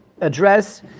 address